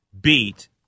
beat